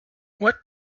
what